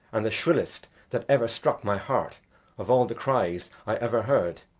and the shrillest that ever struck my heart of all the cries i ever heard?